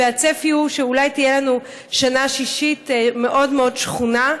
והצפי הוא שאולי תהיה לנו שנה שישית מאוד מאוד שחונה.